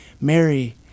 Mary